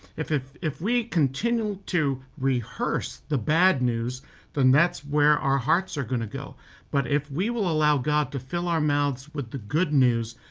if if we continue to rehearse the bad news then that's where our hearts are going to go but if we will allow god to fill our mouths with the good news,